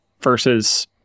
Versus